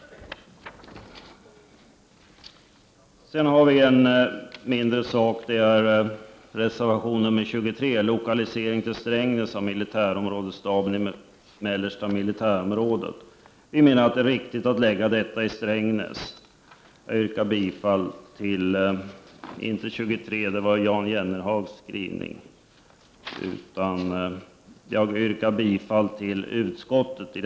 I reservation nr 23 tar vpk upp lokalisering till Strängnäs av militärområdesstaben i Mellersta militärområdet. Vi menar att det är riktigt att förlägga den till Strängnäs. I detta avseende yrkar jag bifall till utskottets skrivning.